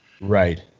Right